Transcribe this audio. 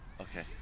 Okay